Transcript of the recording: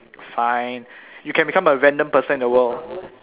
fine you can become a random person in the world